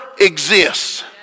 exists